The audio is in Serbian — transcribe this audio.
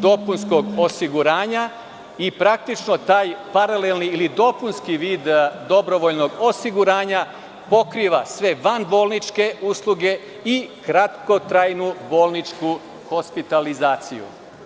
dopunskog osiguranja i praktično taj paralelni ili dopunski vid dobrovoljnog osiguranja pokriva sve vanbolničke usluge i kratkotrajnu bolničku hospitalizaciju.